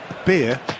beer